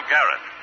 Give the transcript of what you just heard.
Garrett